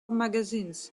magazines